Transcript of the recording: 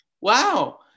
Wow